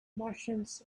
martians